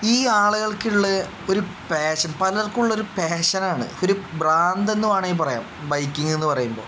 ഈ ആളുകൾക്കുള്ള ഒരു പാഷൻ പലർക്കും ഉള്ള ഒരു പാഷനാണ് ഒരു ഭ്രാന്ത് എന്ന് വേണമെങ്കിൽ പറയാം ബൈക്കിങ് എന്ന് പറയുമ്പോൾ